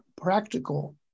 practical